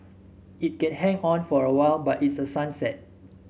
it can hang on for a while but it's a sunset